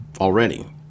already